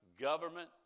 government